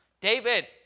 David